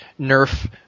Nerf